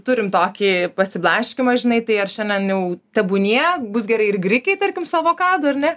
turim tokį pasiblaškymą žinai tai ar šiandien jau tebūnie bus gerai ir grikiai tarkim su avokadu ar ne